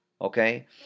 Okay